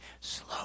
slow